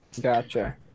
Gotcha